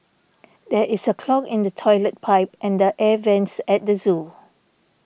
there is a clog in the Toilet Pipe and the Air Vents at the zoo